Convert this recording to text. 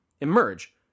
emerge